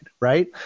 right